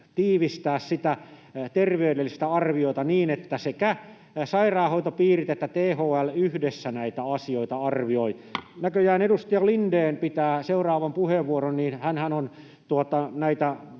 sitä terveydellistä arviota niin, että sairaanhoitopiirit ja THL yhdessä näitä asioita arvioivat. Näköjään edustaja Lindén pitää seuraavan puheenvuoron, ja hänhän on näitä